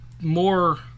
more